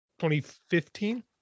2015